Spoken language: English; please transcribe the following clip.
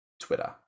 Twitter